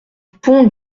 pont